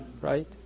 right